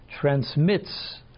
transmits